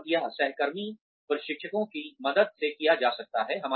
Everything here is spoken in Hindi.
और यह सहकर्मी प्रशिक्षकों की मदद से किया जा सकता है